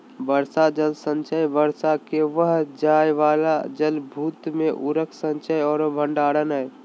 वर्षा जल संचयन वर्षा जल के बह जाय वाला जलभृत में उकर संचय औरो भंडारण हइ